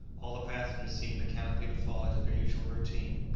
all the passengers seemed mechanically to fall into their usual routine.